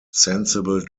sensible